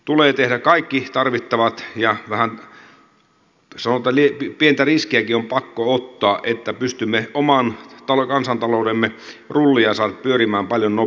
tulee tehdä kaikki tarvittava ja vähän sanotaan pientä riskiäkin on pakko ottaa että pystymme oman kansantaloutemme rullia saamaan pyörimään paljon nopeammin